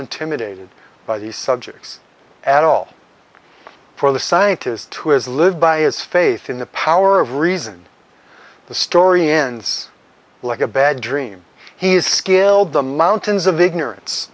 intimidated by the subjects at all for the scientist who has lived by his faith in the power of reason the story ends like a bad dream he's scaled the mountains of ignorance